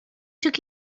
took